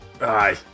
aye